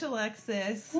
Alexis